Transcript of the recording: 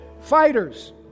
Fighters